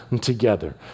together